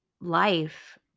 life